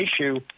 issue